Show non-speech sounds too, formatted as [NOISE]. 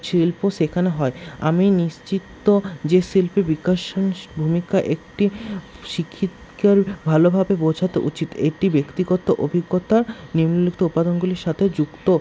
শিল্প সেখানে হয় আমি নিশ্চিত যে শিল্প [UNINTELLIGIBLE] ভূমিকা একটি [UNINTELLIGIBLE] ভালোভাবে বোঝা তো উচিত এটি ব্যক্তিগত অভিজ্ঞতার নিম্নলিখিত উপাদানগুলির সাথে যুক্ত